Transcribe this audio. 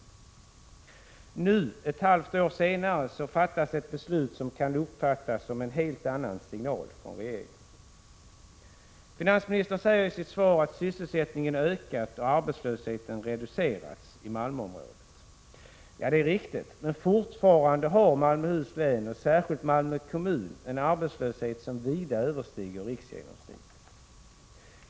Men nu, ett halvt år senare, fattas ett beslut som kan uppfattas som en helt annan signal från regeringen. Finansministern säger i sitt svar att sysselsättningen har ökat och arbetslösheten reducerats i Malmöområdet. Ja, det är riktigt, men fortfarande har Malmöhus län, särskilt Malmö kommun, en arbetslöshet som vida överstiger riksgenomsnittet.